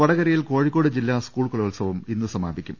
വടകരയിൽ കോഴിക്കോട് ജില്ലാ സ്കൂൾ കലോത്സവം ഇന്ന് സമാപിക്കും